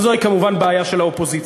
אבל זוהי, כמובן, בעיה של האופוזיציה.